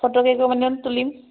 ফটোকেই copy মান তুলিম